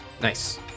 Nice